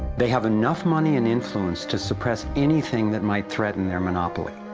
they have enough money and influence to suppress anything that might threaten their monopoly.